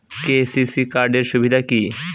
KCC card এর সুবিধা কি?